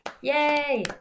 Yay